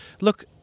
look